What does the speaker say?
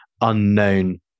unknown